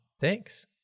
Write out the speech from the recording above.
Thanks